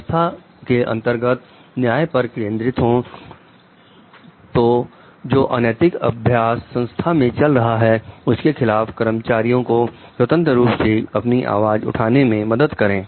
संस्था के अंतर्गत न्याय पर केंद्रित हो तो जो अनैतिक अभ्यास संस्था में चल रहा है उसके खिलाफ कर्मचारियों को स्वतंत्र रूप से अपनी आवाज उठाने मैं मदद करें